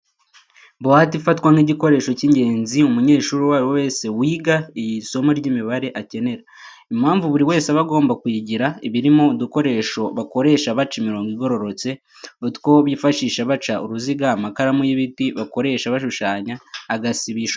Buwate ifatwa nk'igikoresho cy'ingenzi umunyeshuri uwo ari we wese wiga isomo ry'imibare akenera. Impamvu buri wese aba agomba kuyigira, iba irimo udukoresho bakoresha baca imirongo igororotse, utwo bifashisha baca uruziga, amakaramu y'ibiti bakoresha bashushanya, agasibisho n'ibindi.